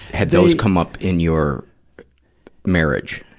had those come up in your marriage?